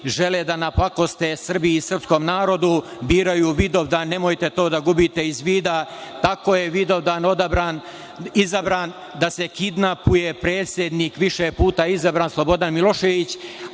žele da napakoste Srbiji i srpskom narodu, biraju Vidovdan. Nemojte to da gubite iz vida. Tako je Vidovdan izabran da se kidnapuje predsednik, više puta izabran, Slobodan Milošević,